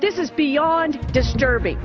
this is beyond disturbing